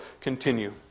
continue